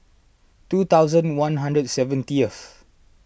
two thousand one hundred and seventieth